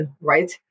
right